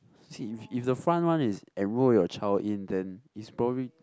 see if if the front one is enroll your child in then is probably